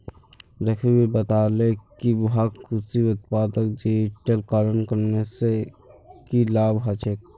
रघुवीर बताले कि वहाक कृषि उत्पादक डिजिटलीकरण करने से की लाभ ह छे